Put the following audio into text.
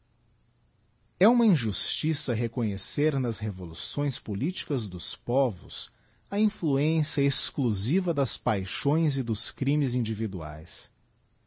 e uma injustiça reconhecer nas revoluções politicas dos povos a influencia exclusiva das paixões e dos crimes individuaes